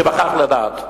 תיווכח לדעת.